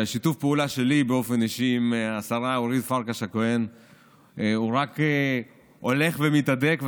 ששיתוף הפעולה שלי באופן אישי עם השרה אורית פרקש הכהן רק הולך ומתהדק.